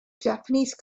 japanese